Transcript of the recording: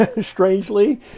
strangely